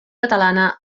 catalana